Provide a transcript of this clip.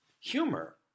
humor